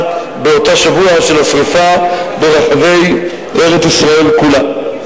באותו שבוע של השרפה ברחבי ארץ-ישראל כולה.